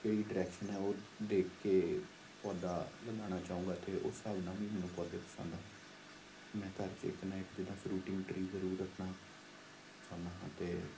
ਕਿਹੜੀ ਡਰੈਕਸ਼ਨ ਹੈ ਉਹ ਦੇਖ ਕੇ ਪੌਦਾ ਲਗਾਉਣਾ ਚਾਹੂੰਗਾ ਅਤੇ ਉਸ ਹਿਸਾਬ ਨਾਲ ਵੀ ਮੈਨੂੰ ਪੌਦੇ ਪਸੰਦ ਹਨ ਮੈਂ ਘਰ 'ਚ ਇੱਕ ਨਾ ਇੱਕ ਜਿੱਦਾਂ ਫਰੂਟਿੰਗ ਟਰੀ ਜ਼ਰੂਰ ਰੱਖਣਾ ਚਾਹੁੰਦਾ ਹਾਂ ਅਤੇ